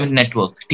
network